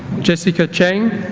jessica cheng